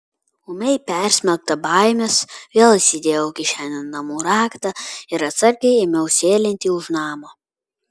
ūmiai persmelkta baimės vėl įsidėjau kišenėn namų raktą ir atsargiai ėmiau sėlinti už namo